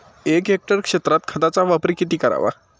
एक हेक्टर क्षेत्रात खताचा वापर किती करावा?